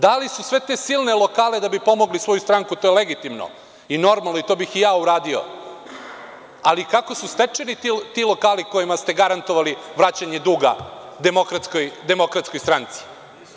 Dali su sve te silne lokale da bi pomogli svoju stranku, to je legitimno i normalno i to bih i ja uradio, ali kako su stečeni ti lokali kojima ste garantovali vraćanje duga Demokratskoj stranci?